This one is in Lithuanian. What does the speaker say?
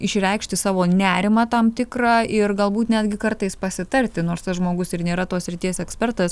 išreikšti savo nerimą tam tikrą ir galbūt netgi kartais pasitarti nors tas žmogus ir nėra tos srities ekspertas